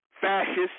Fascist